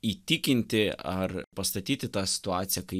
įtikinti ar pastatyti tą situaciją kai